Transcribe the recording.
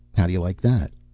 how do you like that?